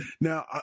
now